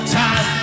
time